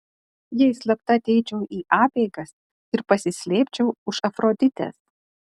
jei slapta ateičiau į apeigas ir pasislėpčiau už afroditės